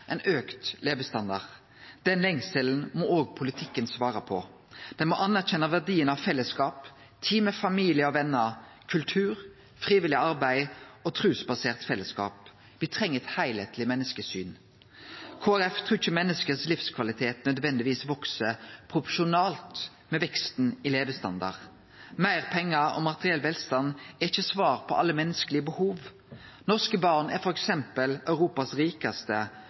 ein lengsel etter noko meir enn auka levestandard. Den lengselen må òg politikken svare på. Han må anerkjenne verdien av fellesskap, tid med familie og vener, kultur, frivillig arbeid og trusbasert fellesskap. Me treng eit heilskapleg menneskesyn. Kristeleg Folkeparti trur ikkje livskvaliteten til menneske nødvendigvis veks proporsjonalt med veksten i levestandard. Meir pengar og materiell velstand er ikkje svar på alle menneskelege behov. Norske barn er f.eks. Europas rikaste,